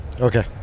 Okay